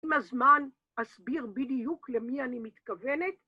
עם הזמן אסביר בדיוק למי אני מתכוונת